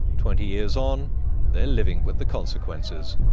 twenty years on they are living with the consequences.